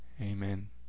Amen